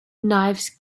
knives